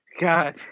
God